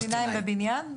פלסטינים בבניין?